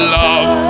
love